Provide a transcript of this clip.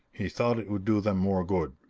he thought it would do them more good.